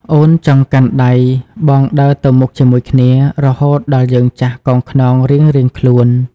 អូនចង់កាន់ដៃបងដើរទៅមុខជាមួយគ្នា រហូតដល់យើងចាស់កោងខ្នងរៀងៗខ្លួន។